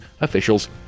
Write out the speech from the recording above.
officials